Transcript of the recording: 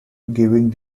giving